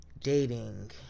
dating